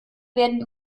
werden